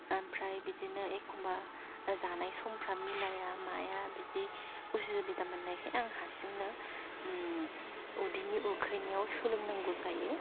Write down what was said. ओमफ्राय बिदिनो एखमबा जानाय समफ्रा मिलाया माया बिदि उसुबिदा मोन्नायखाय आं हारसिंनो उदैनि उखैनायाव सोलोंनांगौ जायो